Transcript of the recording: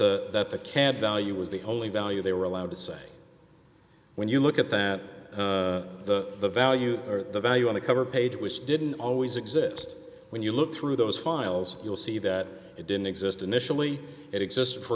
the that the can value was the only value they were allowed to say when you look at that the value or the value on the cover page which didn't always exist when you looked through those files you'll see that it didn't exist initially it existed for